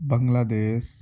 بنگلہ دیش